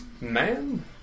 Man